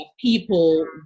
People